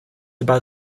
about